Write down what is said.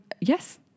Yes